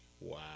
Wow